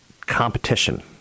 competition